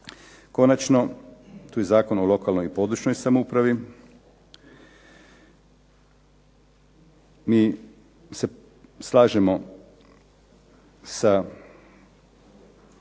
Konačno, tu je i Zakon o lokalnoj i područnoj samoupravi. Mi se slažemo sa